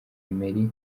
emery